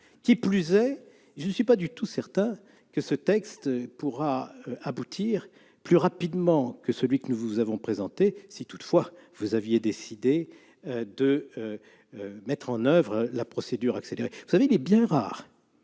Qui plus est, je ne suis pas du tout certain que ce texte pourra aboutir plus rapidement que celui que nous vous avons présenté, quand bien même vous auriez décidé d'engager la procédure accélérée. Vous le savez, il est bien rare